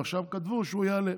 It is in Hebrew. ועכשיו כתבו שהוא יעלה.